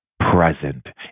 present